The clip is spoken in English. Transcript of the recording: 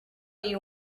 you